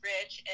Rich